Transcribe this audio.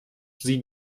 sie